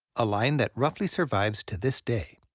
a line that roughly survives to this day.